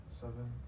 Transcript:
seven